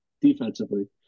defensively